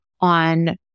on